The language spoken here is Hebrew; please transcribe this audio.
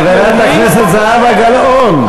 חברת הכנסת זהבה גלאון,